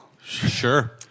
Sure